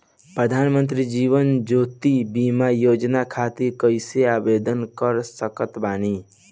प्रधानमंत्री जीवन ज्योति बीमा योजना खातिर कैसे आवेदन कर सकत बानी?